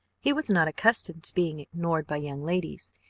he was not accustomed to being ignored by young ladies,